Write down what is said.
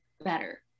better